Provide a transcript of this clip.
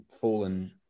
fallen